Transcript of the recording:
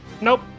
Nope